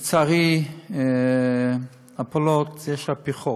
לצערי, הפלות יש על-פי חוק.